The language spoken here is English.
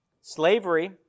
Slavery